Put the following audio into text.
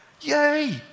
Yay